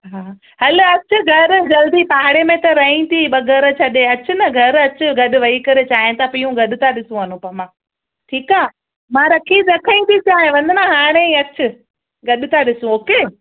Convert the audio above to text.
हा हलु अचु घरु जल्दी पाड़े में त रहीं थी ॿ घर छॾे अचु न घरु अचु गॾु वेही करे चांहिं था पीयूं गॾु था ॾिसूं अनूपमा ठीकु आहे मां रखी रखईं थे चांहिं वंदना हाणे ई अचु गॾु था ॾिसूं ओके